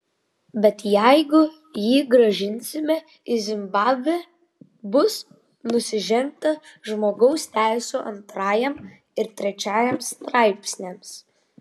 bet jeigu jį grąžinsime į zimbabvę bus nusižengta žmogaus teisių antrajam ir trečiajam straipsniams